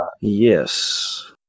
Yes